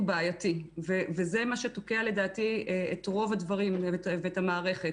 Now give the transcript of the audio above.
בעייתי וזה מה שתוקע לדעתי את רוב הדברים ואת המערכת.